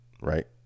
right